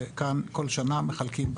וכל שנה מחלקים כאן,